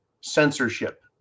censorship